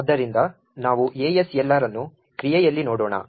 ಆದ್ದರಿಂದ ನಾವು ASLR ಅನ್ನು ಕ್ರಿಯೆಯಲ್ಲಿ ನೋಡೋಣ